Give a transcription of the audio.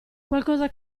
qualcosa